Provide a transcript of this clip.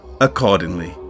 accordingly